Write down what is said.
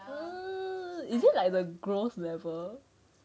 !eeyer! is it like the gross level